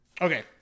Okay